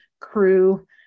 crew